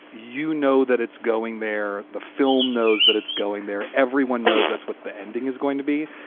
you know, that it's going there. the film knows that it's going there. everyone knows that's what the ending is going to be.